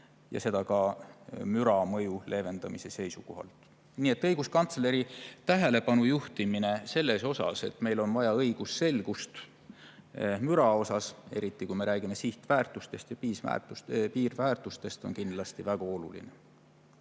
seda ka müra mõju leevendamise seisukohalt. Nii et õiguskantsleri tähelepanu juhtimine, et meil on vaja õigusselgust müra osas, eriti kui me räägime sihtväärtustest ja piirväärtustest, on kindlasti väga oluline.